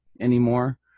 anymore